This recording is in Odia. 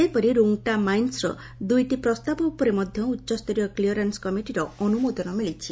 ସେହିପରି ରୁଙ୍ଗଟା ମାଇନ୍ଚର ଦୁଇଟି ପ୍ରସ୍ତାବ ଉପରେ ମଧ୍ଧ ଉଚ୍ଚସ୍ତରୀୟ କ୍ଲିୟରାନ୍ବ କମିଟିର ଅନୁମୋଦନ ମିଳିଛି